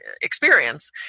experience